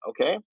okay